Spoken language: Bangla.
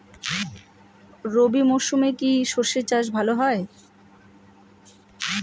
রবি মরশুমে কি সর্ষে চাষ ভালো হয়?